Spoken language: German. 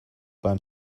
beim